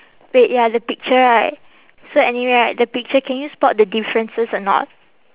wait ya the picture right so anyway right the picture can you spot the differences or not